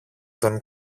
τον